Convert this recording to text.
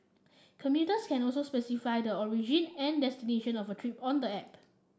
commuters can also specify the origin and destination of a trip on the app